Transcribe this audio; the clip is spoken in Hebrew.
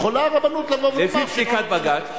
יכולה הרבנות לבוא ולומר שהיא לא נותנת הכשר.